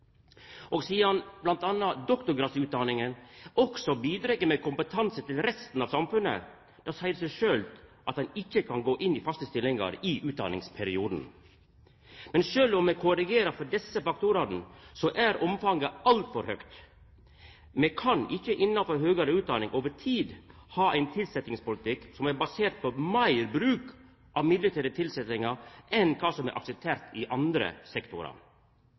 Og sidan bl.a. doktorgradsutdanninga også bidreg med kompetanse til resten av samfunnet, seier det seg sjølv at ein ikkje kan gå inn i ei fast stilling i utdanningsperioden. Men sjølv om me korrigerer for desse faktorane, er omfanget altfor høgt. Me kan ikkje innanfor høgare utdanning over tid ha ein tilsetjingspolitikk som er basert på meir bruk av midlertidige tilsetjingar enn kva som er akseptert i andre sektorar.